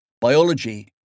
biology